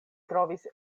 trovis